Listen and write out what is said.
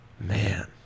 Man